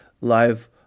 live